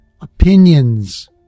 opinions